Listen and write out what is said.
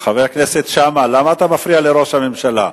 חבר הכנסת שאמה, למה אתה מפריע לראש הממשלה?